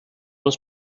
los